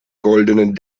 goldenen